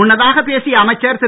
முன்னதாக பேசிய அமைச்சர் திரு